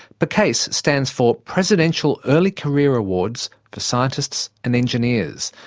pecase stands for presidential early career awards for scientists and engineers.